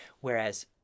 Whereas